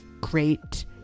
great